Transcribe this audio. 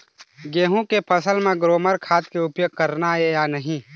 गेहूं के फसल म ग्रोमर खाद के उपयोग करना ये या नहीं?